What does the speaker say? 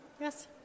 Yes